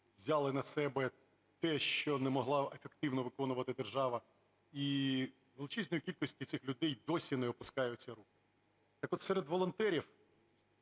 взяли на себе те, що не могла ефективно виконувати держава. І у величезної кількості цих людей досі не опускаються руки. Так от, серед волонтерів,